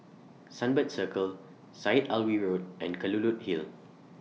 Sunbird Circle Syed Alwi Road and Kelulut Hill